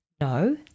No